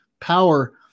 power